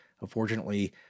unfortunately